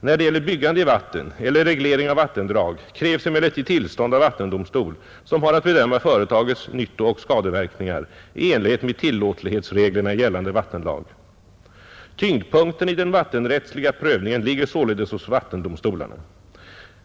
När det gäller byggande i vatten eller reglering av vattendrag krävs emellertid tillstånd av vattendomstol som har att bedöma företagets nyttooch skadeverkningar i enlighet med tillåtlighetsreglerna i gällande vattenlag. Tyngdpunkten i den vattenrättsliga prövningen ligger således hos vattendomstolarna.